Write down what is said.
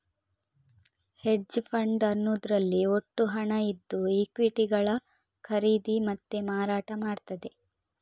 hedge fund ಅನ್ನುದ್ರಲ್ಲಿ ಒಟ್ಟು ಹಣ ಇದ್ದು ಈಕ್ವಿಟಿಗಳ ಖರೀದಿ ಮತ್ತೆ ಮಾರಾಟ ಮಾಡ್ತದೆ